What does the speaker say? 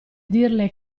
dirle